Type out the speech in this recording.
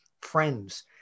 friends